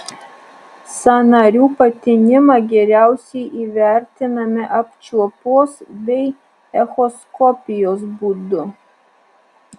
sąnarių patinimą geriausiai įvertiname apčiuopos bei echoskopijos būdu